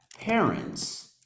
parents